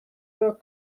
are